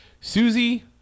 Susie